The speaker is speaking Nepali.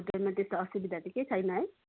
होटेलमा त्यस्तो असुविधा त केही छैन है